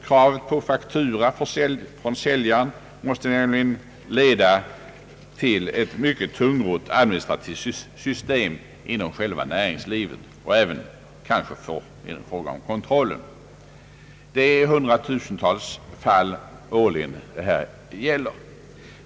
Kravet på faktura från säljaren måste nämligen leda till ett mycket tungrott administrativt system inom själva näringslivet, kanske även i fråga om skattekontrollen. Det gäller här hundratusentals fall årligen.